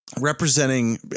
representing